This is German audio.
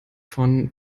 von